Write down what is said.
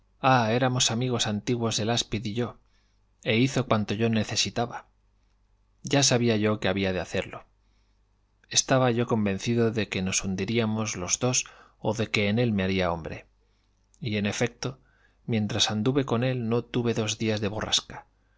éfamos amigos antiguos el aspid y yo e hizo cuanto yo necesitaba ya sabía yo que había de hacerlo estaba yo convencido de que nos hundiríamos los i dos o de que en él me haría hombre y en efecto mientras anduve con él no tuve dos días de borrasca